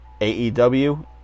AEW